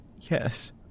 Yes